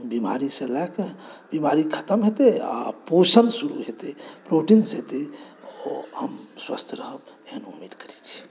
बीमारीसँ लए कऽ बीमारी खतम हेतै आ पोषण शुरू हेतै प्रोटीन्स एतै ओ स्वस्थ्य रहत एहन उम्मीद करैत छी